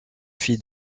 fille